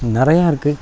ம் நிறையா இருக்குது